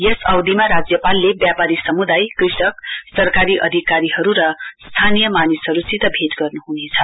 यस अवधिमा राज्यपालले व्यपारी समुदायकृषक सरकारी अधिकारीहरु र स्थानीय मानिसहरुसित भेट गर्नुहुनेछ